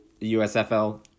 USFL